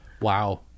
Wow